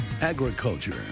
agriculture